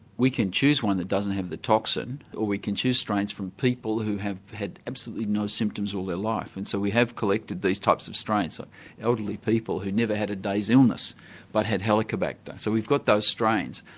we can choose one that doesn't have the toxin or we can choose strains from people who have had absolutely no symptoms all their life. and so we have collected these types of strains, so elderly people who've never had a day's illness but had helicobacter. so we've got those strains.